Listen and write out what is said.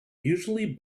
usually